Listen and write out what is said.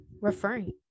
referring